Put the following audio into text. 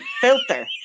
filter